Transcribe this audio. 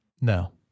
No